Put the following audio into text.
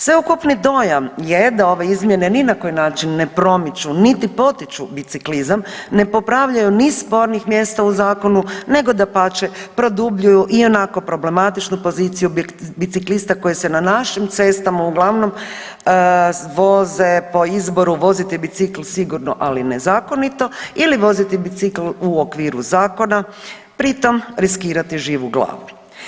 Sveukupni dojam je da ove izmjene ni na koji način ne promiču niti potiču biciklizam, ne popravljaju ni spornih mjesta u zakonu nego dapače produbljuju ionako problematičnu poziciju biciklista koji se na našim cestama uglavnom voze po izboru voziti bicikl sigurno, ali nezakonito ili voziti bicikl u okviru zakona pri tom riskirati živu glavu.